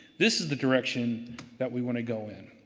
this is the direction that we want to go in.